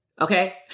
okay